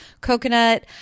coconut